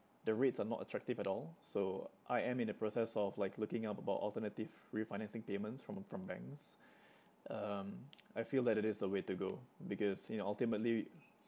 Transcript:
the rates are not attractive at all so I am in the process of like looking up about alternative refinancing payments from from banks um I feel that it is the way to go because you know ultimately